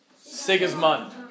Sigismund